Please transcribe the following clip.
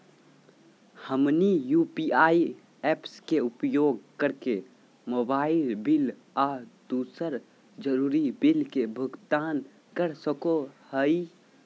हमनी UPI apps के उपयोग करके मोबाइल बिल आ दूसर जरुरी बिल के भुगतान कर सको हीयई